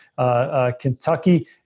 Kentucky